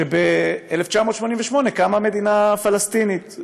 שב-1948 קמה מדינה פלסטינית.